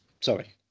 Sorry